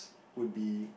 would be